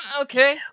okay